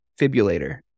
defibrillator